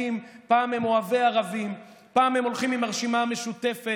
זו חרפה פרלמנטרית, וכך הם נראים גם בעיני הציבור.